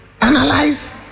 Analyze